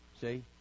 See